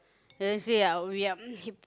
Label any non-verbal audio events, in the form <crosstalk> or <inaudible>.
Thursday ah we are <noise>